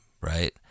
Right